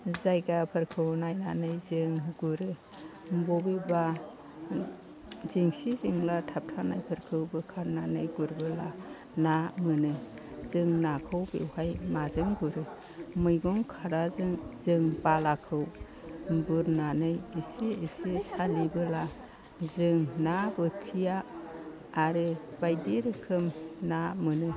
जायगाफोरखौ नायनानै जों गुरो बबेबा जिंसि जेंला थाबथानायफोरखौ बोखारनानै गुरबोला ना मोनो जों नाखौ बेवहाय माजों गुरो मैगं खादाजों जों बालाखौ बुरनानै एसे एसे सालिबोला जों ना बोथिया आरो बायदि रोखोम ना मोनो